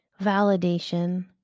validation